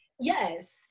Yes